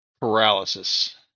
Paralysis